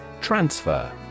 Transfer